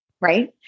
Right